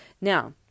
Now